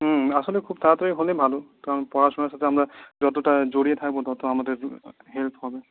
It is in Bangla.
হুম আসলে খুব তাড়াতাড়ি হলে ভালো কারণ পড়াশোনার সাথে আমরা যতটা জড়িয়ে থাকব তত আমাদের হেল্প হবে